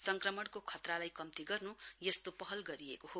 संक्रमणको खतरालाई कम्ती गर्नु यस्तो पहल गरिएको हो